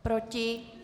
Proti?